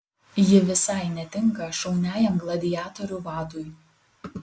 ji visai netinka šauniajam gladiatorių vadui